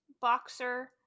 boxer